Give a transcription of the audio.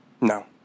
No